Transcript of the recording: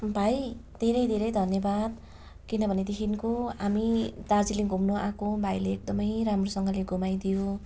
भाइ धेरै धेरै धन्यवाद किनभनेदेखिको हामी दार्जिलिङ घुम्नु आएको भाइले एकदमै राम्रोसँगले घुमाइदियो